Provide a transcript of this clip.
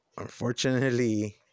unfortunately